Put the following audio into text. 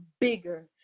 bigger